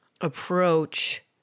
approach